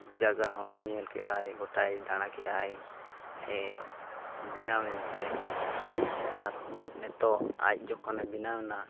ᱡᱟᱭᱜᱟ ᱦᱚᱭ ᱧᱮᱞ ᱠᱮᱫᱼᱟᱭ ᱜᱳᱴᱟᱭ ᱫᱟᱬᱟ ᱠᱮᱜ ᱟᱭ ᱟᱡᱼᱮ ᱵᱮᱱᱟᱣᱮᱱ ᱛᱮ ᱥᱮ ᱟᱨ ᱱᱤᱛᱚᱜ ᱟᱡ ᱡᱚᱠᱷᱚᱱ ᱵᱮᱱᱟᱣᱱᱟ